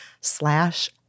slash